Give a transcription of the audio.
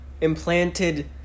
implanted